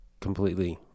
completely